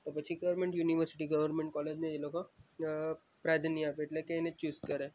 તો પછી government university government કોલેજને એ લોકો પ્રાધાન્ય આપે એટલે કે એને ચૂસ કરે